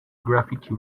graffiti